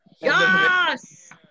Yes